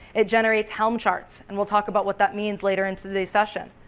it generates helm charts and we'll talk about what that means later in so the the session.